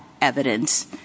evidence